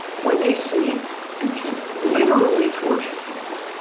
when they see you can literally torture people